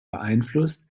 beeinflusst